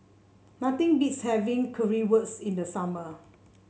nothing beats having Currywurst in the summer